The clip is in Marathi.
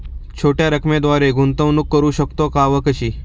छोट्या रकमेद्वारे गुंतवणूक करू शकतो का व कशी?